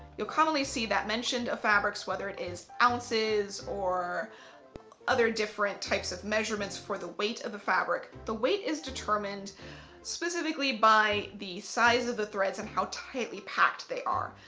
you'll commonly see that mentioned of fabrics whether it is ounces or other different types of measurements for the weight of the fabric. the weight is determined specifically by the size of the threads and how tightly packed they are.